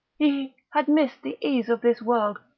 he had missed the ease of this world,